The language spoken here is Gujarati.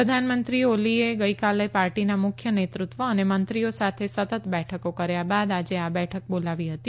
પ્રધાનમંત્રી ઓલીએ ગઇકાલે પાર્ટીના મુખ્ય નેતૃત્વ અને મંત્રીઓ સાથે સતત બેઠકો કર્યા બાદ આજે આ બેઠક બોલાવી હતી